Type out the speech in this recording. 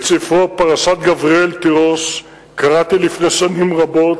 את ספרו "פרשת גבריאל תירוש" קראתי לפני שנים רבות.